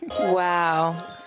Wow